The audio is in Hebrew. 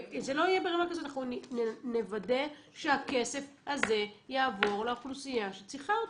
אנחנו נוודא שהכסף הזה יעבור לאוכלוסייה שצריכה אותו.